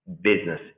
business